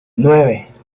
nueve